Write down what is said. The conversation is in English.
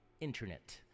internet